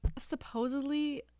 supposedly